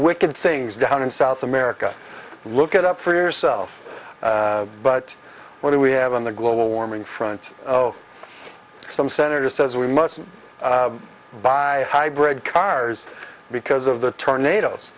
wicked things down in south america look at up for yourself but what do we have on the global warming front some senator says we must buy hybrid cars because of the tornadoes